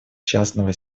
частного